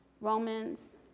Romans